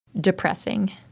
depressing